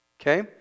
Okay